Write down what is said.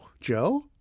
Joe